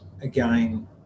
again